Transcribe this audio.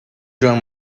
joan